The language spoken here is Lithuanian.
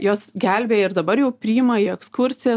jos gelbėja ir dabar jau priima į ekskursijas